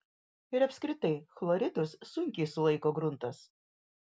ir apskritai chloridus sunkiai sulaiko gruntas